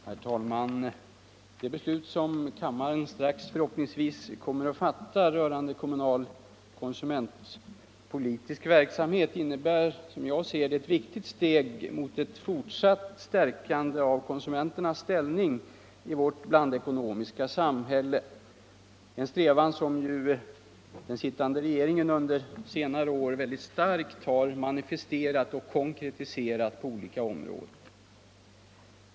Herr talman! Det beslut som kammaren förhoppningsvis strax kommer att fatta rörande kommunal konsumentpolitisk verksamhet innebär ett viktigt steg mot ett fortsatt stärkande av konsumenternas ställning i vårt blandekonomiska samhälle — en strävan som ju den sittande regeringen under senare år mycket starkt har manifesterat och konkretiserat på olika områden.